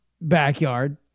backyard